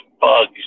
bugs